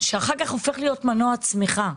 שאחר כך הופכת להיות מנוע צמיחה.